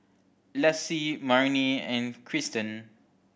Lassie Marnie and Cristen